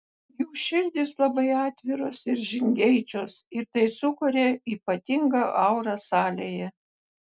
jų širdys labai atviros ir žingeidžios ir tai sukuria ypatingą aurą salėje